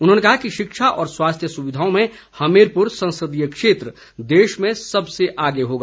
उन्होंने कहा कि शिक्षा और स्वास्थ्य सुविधाओं में हमीरपुर संसदीय क्षेत्र देश में सबसे आगे होगा